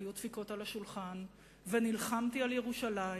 והיו דפיקות על השולחן ונלחמתי על ירושלים.